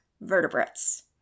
vertebrates